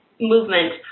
movement